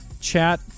chat